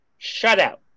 shutout